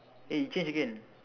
eh it change again